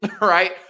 right